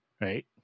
right